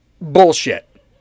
bullshit